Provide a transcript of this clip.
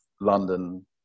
London